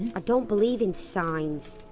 i don't believe in signs.